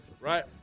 Right